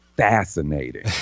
fascinating